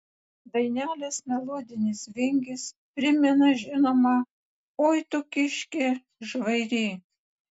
dainelės melodinis vingis primena žinomą oi tu kiški žvairy